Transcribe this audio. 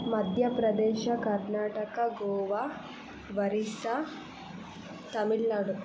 Madhya Pradesh Karnataka Goa Orissa Tamil Nadu